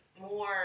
more